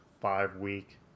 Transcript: five-week